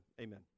amen